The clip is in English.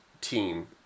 team